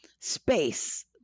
space